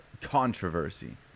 controversy